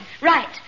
Right